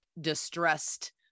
distressed